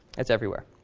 it's everywhere.